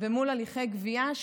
ומול הליכי גבייה,